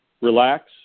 relax